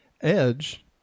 Edge